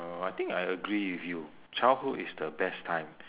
uh I think I agree with you childhood is the best time